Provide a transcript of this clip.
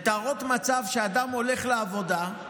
מתארות מצב שבו אדם הולך לעבודה,